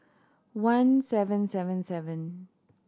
one seven seven seven